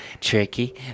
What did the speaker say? Tricky